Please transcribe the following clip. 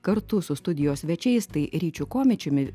kartu su studijos svečiais tai ryčiu komičiumi